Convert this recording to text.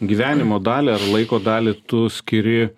gyvenimo dalį ar laiko dalį tu skiri